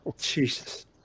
Jesus